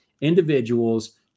individuals